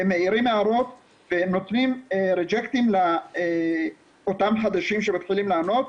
ומעירים הערות והם נותנים ריג'קטים לאותם חדשים שמתחילים לענות,